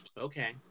okay